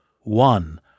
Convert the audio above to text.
One